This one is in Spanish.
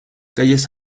calles